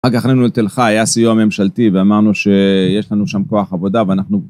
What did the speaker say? אחר כך עלינו לתל חי, היה סיוע ממשלתי ואמרנו שיש לנו שם כוח עבודה ואנחנו